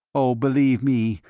oh, believe me,